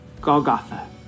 Golgotha